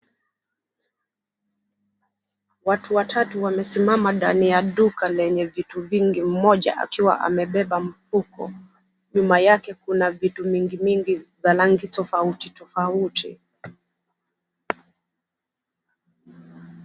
Watu watatu wamesimama ndani ya duka lenye viti vingine mmoja akiwa amebeba mfuko nyuma yake kuna vitu mingimingi ya rangi tofauti tofauti.